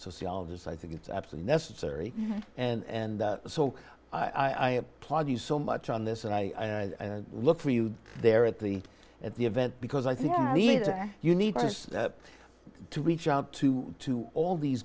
sociologist i think it's absolutely necessary and so i applaud you so much on this and i look for you there at the at the event because i think you need to reach out to to all these